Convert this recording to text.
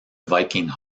viking